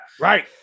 Right